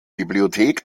bibliothek